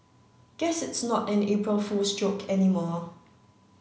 guess it's not an April Fool's joke anymore